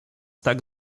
tak